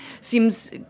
seems